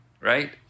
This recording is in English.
right